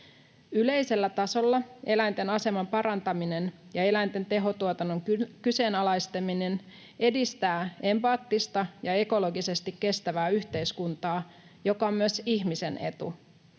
Yleisellä tasolla eläinten aseman parantaminen ja eläinten tehotuotannon kyseenalaistaminen edistävät empaattista ja ekologisesti kestävää yhteiskuntaa, joka on myös ihmisen etu.